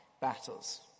battles